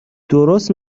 درست